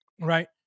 right